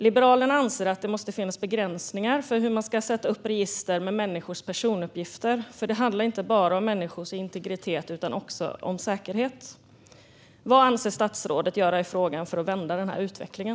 Liberalerna anser att det måste finnas begränsningar för hur man sätter upp register med människors personuppgifter. Det handlar inte bara om människors integritet utan också om säkerhet. Vad avser statsrådet att göra i frågan för att vända utvecklingen?